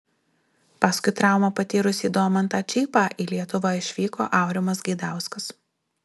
paskui traumą patyrusį domantą čypą į lietuvą išvyko aurimas gaidauskas